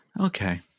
Okay